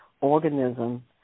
organism